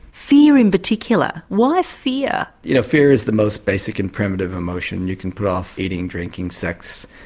fear in particular why fear? you know fear is the most basic and primitive emotion. you can put off eating, drinking, sex,